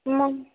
मग